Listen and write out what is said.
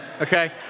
Okay